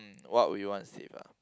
mm what would you want to save ah